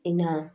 इन्हा